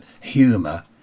humour